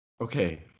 Okay